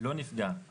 לא נפגע.